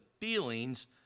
feelings